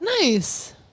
nice